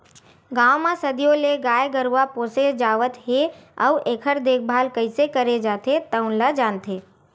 गाँव म सदियों ले गाय गरूवा पोसे जावत हे अउ एखर देखभाल कइसे करे जाथे तउन ल जानथे